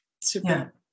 Super